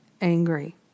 angry